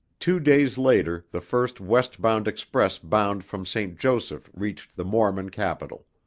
two days later, the first west-bound express bound from st. joseph reached the mormon capital.